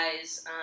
guys